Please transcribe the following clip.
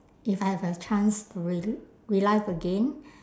if I have a chance to re~ relive again